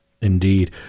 Indeed